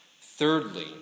Thirdly